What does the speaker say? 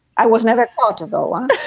i was never part to, though